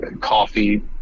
coffee